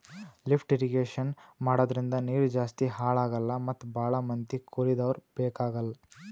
lift irrigation ಮಾಡದ್ರಿಂದ ನೀರ್ ಜಾಸ್ತಿ ಹಾಳ್ ಆಗಲ್ಲಾ ಮತ್ ಭಾಳ್ ಮಂದಿ ಕೂಲಿದವ್ರು ಬೇಕಾಗಲ್